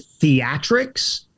theatrics